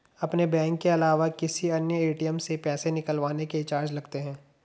अपने बैंक के अलावा किसी अन्य ए.टी.एम से पैसे निकलवाने के चार्ज लगते हैं